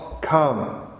come